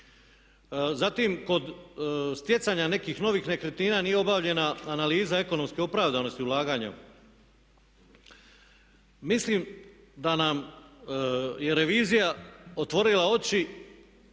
Zatim, kod stjecanja nekih novih nekretnina nije obavljena analiza ekonomske opravdanosti ulaganja. Mislim da nam je revizija otvorila oči